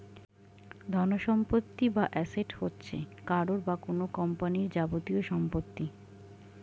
ধনসম্পত্তি বা অ্যাসেট হচ্ছে কারও বা কোন কোম্পানির যাবতীয় সম্পত্তি